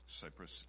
Cyprus